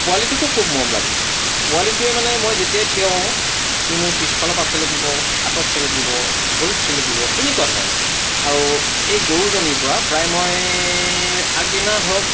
পোৱালিটোকো খুব মৰম লাগে পোৱালিটোৱে মানে মই যেতিয়াই থিয় হওঁ সি মোক পিচফালৰপৰা চেলেকিব হাতত চেলেকিব ভৰিত চেলেকিব এনেকুৱা ধৰণৰ আৰু এই গৰুজনীৰপৰা প্ৰায় মই এই আগদিনা ধৰক